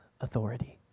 authority